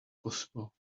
possible